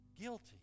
guilty